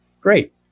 Great